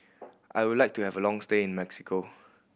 I would like to have a long stay in Mexico